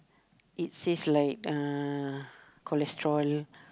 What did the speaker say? it says like uh cholesterol